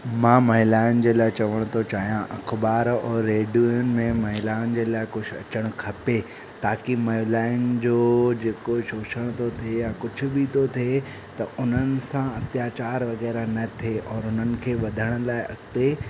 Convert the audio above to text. मां महिलाउनि जे लाइ चवण थो चाहियां अख़बार ऐं रेडियुनि में महिलाउनि जे लाइ कुझु अचणु खपे ताकी महिलाउनि जो जेको शोषण थो थिए या कुझ बि थो थिए त उन्हनि सां अत्याचारु वग़ैरह न थिए और उन्हनि खे वधण लाइ अॻिते